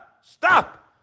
Stop